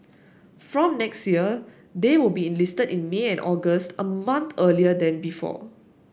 from next year they will be enlisted in May and August a month earlier than before